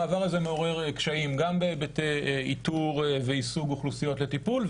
המעבר הזה מעורר קשיים גם בהיבטי איתור וישוג אוכלוסיות לטיפול,